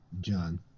John